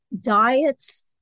diets